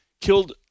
killed